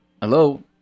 Hello